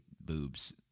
boobs